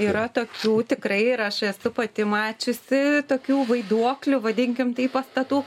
yra tokių tikrai ir aš esu pati mačiusi tokių vaiduoklių vadinkim taip pastatų